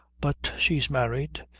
but she's married.